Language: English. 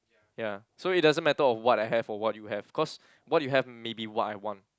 ya so it doesn't matter of what I have or what you have cause what you have may be what I want